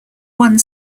one